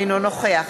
אינו נוכח